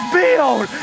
build